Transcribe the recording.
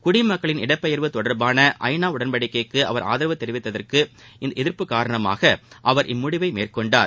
குடிமக்களின் இடப்பெயர்வு தொடர்பான ஐநா உடன்படிக்கைக்கு அவர் ஆதரவு தெரிவித்ததற்கு இருந்த எதிர்ப்பு காரணமாக அவர் இம்முடிவை மேற்கொண்டார்